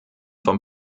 vom